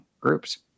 groups